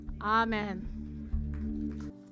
Amen